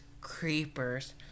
creepers